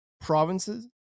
provinces